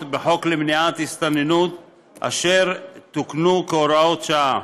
בחוק למניעת הסתננות אשר תוקנו כהוראות שעה.